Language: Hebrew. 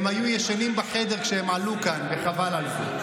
הם היו ישנים בחדר כשהן עלו כאן, וחבל על זה.